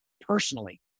personally